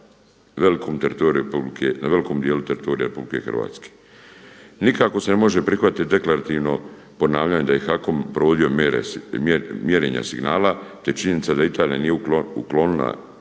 na velikom dijelu teritorija RH. Nikako se ne može prihvatiti deklarativno ponavljanje da je HAKOM provodio mjere mjerenja signala te činjenica da Italija nije uklonila